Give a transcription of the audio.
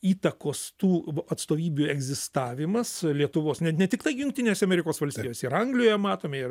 įtakos tų atstovybių egzistavimas lietuvos ne ne tiktai jungtinėse amerikos valstijose ir anglijoje matome ir